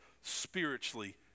spiritually